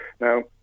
Now